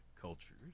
cultures